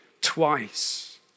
twice